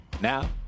Now